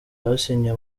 basinye